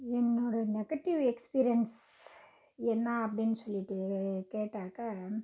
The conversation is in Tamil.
என்னோடய நெகட்டிவ் எக்ஸ்பீரியன்ஸ் என்ன அப்படின்னு சொல்லிட்டு கேட்டாக்கா